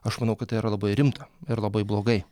aš manau kad tai yra labai rimta ir labai blogai